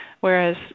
whereas